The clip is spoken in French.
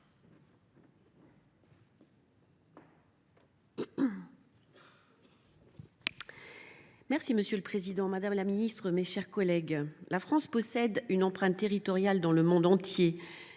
Mouret. Monsieur le président, madame la ministre, mes chers collègues, la France possède une empreinte territoriale dans le monde entier,